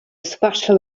special